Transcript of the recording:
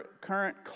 current